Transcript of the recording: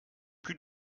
plus